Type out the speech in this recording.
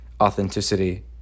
authenticity